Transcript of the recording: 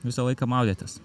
visą laiką maudėtės